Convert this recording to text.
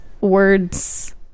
words